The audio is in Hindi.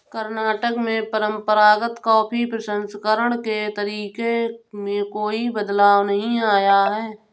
कर्नाटक में परंपरागत कॉफी प्रसंस्करण के तरीके में कोई बदलाव नहीं आया है